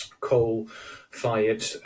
coal-fired